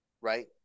right